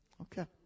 okay